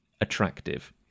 Attractive